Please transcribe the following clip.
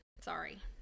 Sorry